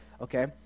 okay